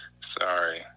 Sorry